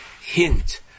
hint